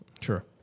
Sure